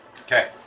Okay